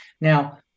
Now